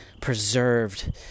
preserved